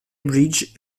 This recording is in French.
bridge